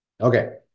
okay